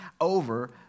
over